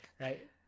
right